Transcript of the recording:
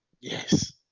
Yes